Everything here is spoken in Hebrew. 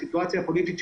אלא שהסיטואציה הפוליטית,